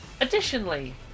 Additionally